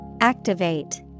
Activate